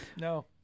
No